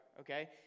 okay